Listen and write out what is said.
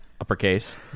Uppercase